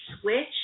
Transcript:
switch